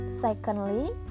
secondly